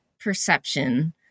perception